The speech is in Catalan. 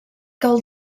cal